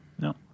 No